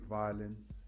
violence